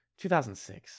2006